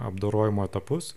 apdorojimo etapus